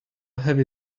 have